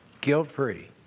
guilt-free